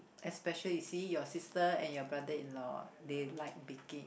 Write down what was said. especially you see your sister and you brother-in-law they like baking